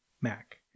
Mac